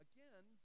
Again